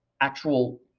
actual